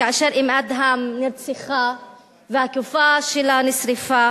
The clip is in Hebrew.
כאשר אום-אדהם נרצחה והגופה שלה נשרפה